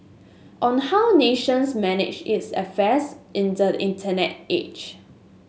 on how nations manage its affair in the Internet age